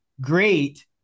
great